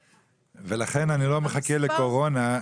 לכן אני לא מחכה לקורונה.